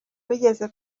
bigeze